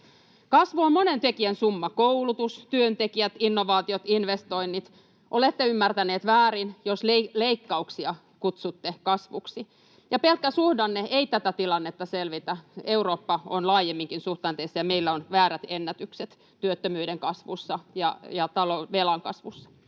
Kasvu on monen tekijän summa: koulutus, työntekijät, innovaatiot, investoinnit. Olette ymmärtäneet väärin, jos leikkauksia kutsutte kasvuksi. Pelkkä suhdanne ei tätä tilannetta selvitä. Eurooppa on laajemminkin suhdanteissa. Ja meillä on väärät ennätykset: työttömyyden kasvussa ja velan kasvussa.